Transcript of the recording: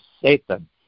Satan